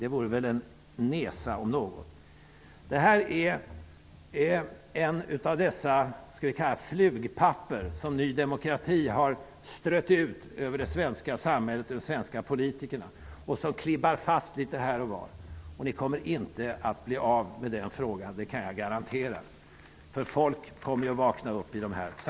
Det vore väl en nesa om något. Det här är som ett flugpapper som Ny demokrati har strött ut över det svenska samhället och de svenska politikerna och som klibbar fast litet här och var. Ni kommer inte att bli av med frågan. Det kan jag garantera. Folk kommer att vakna upp.